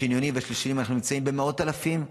השניים והשלישיים אנחנו נמצאים במאות אלפים,